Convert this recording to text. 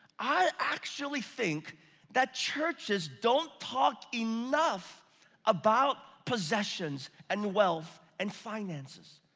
i actually think that churches don't talk enough about possessions, and wealth, and finances.